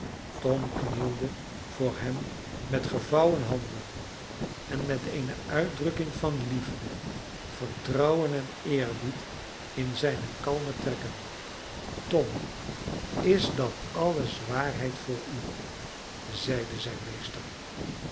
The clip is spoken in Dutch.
tom knielde voor hem met gevouwen handen en met eene uitdrukking van liefde vertrouwen en eerbied in zijne kalme trekken tom is dat alles waarheid voor u zeide zijn meester